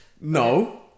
No